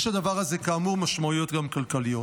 יש לדבר הזה, כאמור, גם משמעויות כלכליות.